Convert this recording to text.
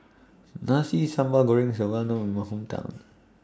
Nasi Sambal Goreng IS Well known in My Hometown